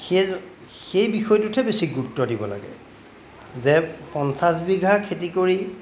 সেই সেই বিষয়টোতহে বেছি গুৰুত্ব দিব লাগে যে পঞ্চাছ বিঘা খেতি কৰি